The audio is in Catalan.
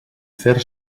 fer